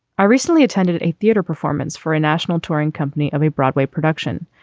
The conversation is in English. i recently attended a theater performance for a national touring company of a broadway production.